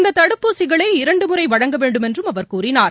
இந்த தடுப்பூசிகளை இரண்டு முறை வழங்கவேண்டும் என்றும் அவர் கூறினார்